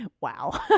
wow